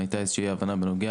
הייתה איזושהי אי הבנה בנוגע